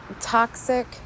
toxic